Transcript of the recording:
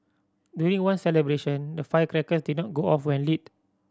during one celebration the firecrackers did not go off when lit